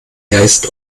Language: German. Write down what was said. geist